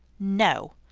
no!